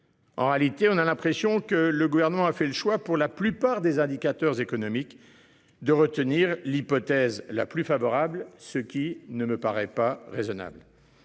En réalité, on a l'impression que le gouvernement a fait le choix pour la plupart des indicateurs économiques de retenir l'hypothèse la plus favorable, ce qui ne me paraît pas raisonnable.